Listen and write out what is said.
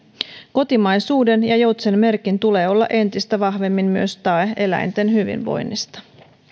kotimaisuuden ja joutsenmerkin tulee olla entistä vahvemmin myös tae eläinten hyvinvoinnista